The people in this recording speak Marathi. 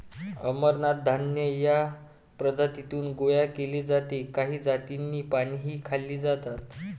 अमरनाथ धान्य या प्रजातीतून गोळा केले जाते काही जातींची पानेही खाल्ली जातात